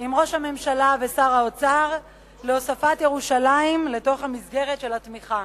עם ראש הממשלה ושר האוצר להוספת ירושלים לתוך המסגרת של התמיכה.